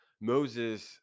moses